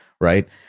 right